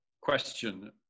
question